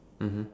mmhmm